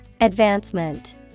Advancement